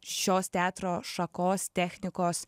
šios teatro šakos technikos